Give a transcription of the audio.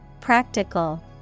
Practical